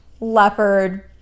leopard